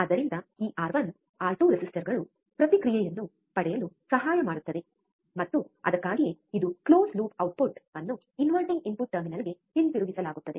ಆದ್ದರಿಂದ ಈ R one R two ರೆಸಿಸ್ಟರ್ಗಳು ಪ್ರತಿಕ್ರಿಯೆಯನ್ನು ಪಡೆಯಲು ಸಹಾಯ ಮಾಡುತ್ತದೆ ಮತ್ತು ಅದಕ್ಕಾಗಿಯೇ ಇದು ಕ್ಲೋಸ್ ಲೂಪ್ output ಟ್ಪುಟ್ ಅನ್ನು ಇನ್ವರ್ಟಿಂಗ್ ಇನ್ಪುಟ್ ಟರ್ಮಿನಲ್ಗೆ ಹಿಂತಿರುಗಿಸಲಾಗುತ್ತದೆ